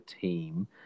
team